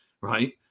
right